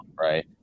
right